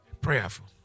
prayerful